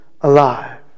alive